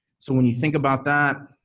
so when you think about that,